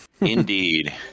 Indeed